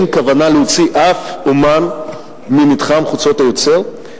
אין כוונה להוציא אף אמן ממתחם "חוצות היוצר",